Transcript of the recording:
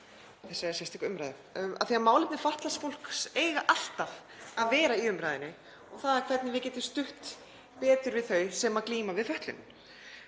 þessa sérstöku umræðu, af því að málefni fatlaðs fólks eiga alltaf að vera í umræðunni og það hvernig við getum stutt betur við þau sem glíma við fötlun.